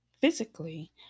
physically